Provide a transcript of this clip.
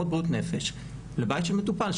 אחות בריאות נפש לבית של מטופל,